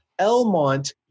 Elmont